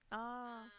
ah